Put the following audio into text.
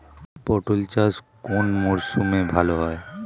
পটল চাষ কোন মরশুমে ভাল হয়?